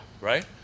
Right